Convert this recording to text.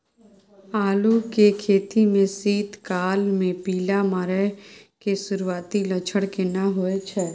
आलू के खेती में शीत काल में पाला मारै के सुरूआती लक्षण केना होय छै?